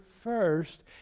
first